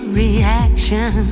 reaction